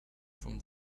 from